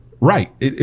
Right